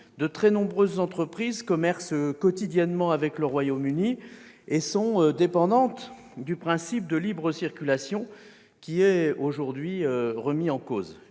de très nombreuses entreprises commercent quotidiennement avec le Royaume-Uni et sont dépendantes du principe de libre circulation qui est aujourd'hui remis en cause.